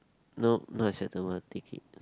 nope not acceptable take it